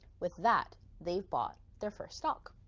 with that they've bought their first stock.